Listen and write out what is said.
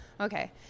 okay